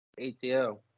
ATL